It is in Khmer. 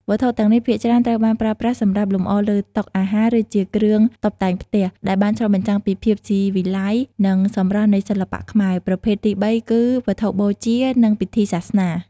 វត្ថុទាំងនេះភាគច្រើនត្រូវបានប្រើប្រាស់សម្រាប់លម្អលើតុអាហារ ឬជាគ្រឿងតុបតែងផ្ទះ ដែលបានឆ្លុះបញ្ចាំងពីភាពស៊ីវិល័យនិងសម្រស់នៃសិល្បៈខ្មែរ។ ប្រភេទទីបីគឺ វត្ថុបូជា និងពិធីសាសនា។